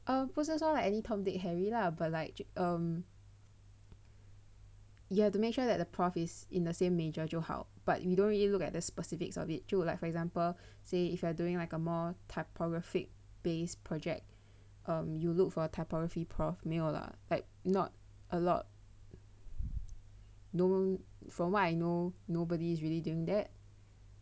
err 不是说 like any Tom Dick Harry lah but like um you have to make sure that the prof is in the same major 就好 but we don't really look at the specifics of it 就 like for example say if you are doing like a more typographic based project um you look for typography prof 没有了 like not a lot no from what I know nobody is really doing that